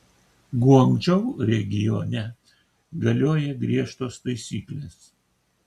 guangdžou regione galioja griežtos taisyklės